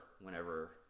Whenever